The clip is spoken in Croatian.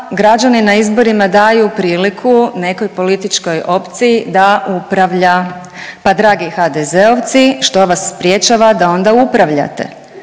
građani na izborima daju priliku nekoj političkoj opciji da upravlja, pa dragi HDZ-ovci što vas sprječava da onda upravljate.